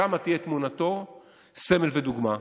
שם תהיה תמונתו סמל ודוגמה.